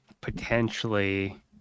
potentially